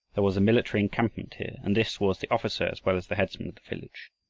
there was a military encampment here, and this was the officer as well as the headman of the village.